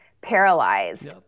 paralyzed